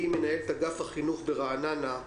מנהלת אגף החינוך בעיריית רעננה.